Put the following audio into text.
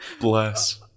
Bless